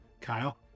Kyle